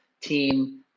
team